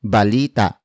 Balita